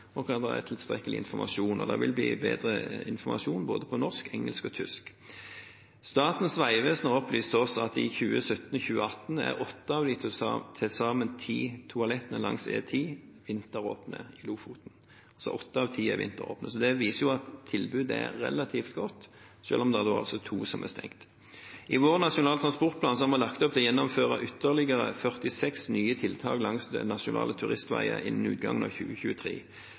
og at det også er tilstrekkelig informasjon. Det vil bli bedre informasjon på både norsk, engelsk og tysk. Statens vegvesen har opplyst til oss at i 2017–2018 er åtte av de til sammen ti toalettene langs E10 i Lofoten vinteråpne. Åtte av ti er vinteråpne – det viser at tilbudet er relativt godt, selv om det altså er to som er stengt. I vår Nasjonal transportplan har vi lagt opp til å gjennomføre ytterligere 46 nye tiltak langs Nasjonale turistveger innen utgangen av 2023.